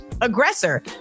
aggressor